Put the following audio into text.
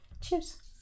cheers